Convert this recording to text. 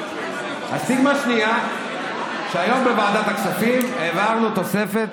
הסטיגמה השנייה, שהיום בוועדת כספים העברנו תוספת